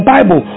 Bible